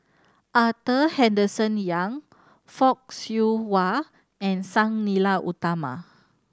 Arthur Henderson Young Fock Siew Wah and Sang Nila Utama